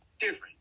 different